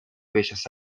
bellas